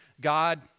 God